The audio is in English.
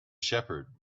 shepherd